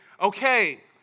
okay